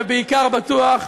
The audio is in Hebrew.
ובעיקר בטוח,